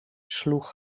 sloeg